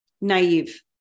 naive